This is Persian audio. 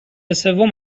سوم